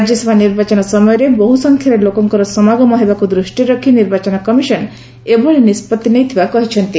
ରାଜ୍ୟ ସଭା ନିର୍ବାଚନ ସମୟରେ ବହ୍ ସଂଖ୍ୟାରେ ଲୋକଙ୍କର ସମାଗମ ହେବାକୁ ଦୃଷ୍ଟିରେ ରଖ୍ ନିର୍ବାଚନ କମିଶନ ଏଭଳି ନିଷ୍ବଭି ନେଇଥବା କହିଛନ୍ତି